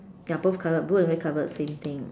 ya both colour blue and red colour same thing